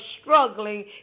struggling